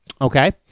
Okay